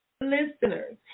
listeners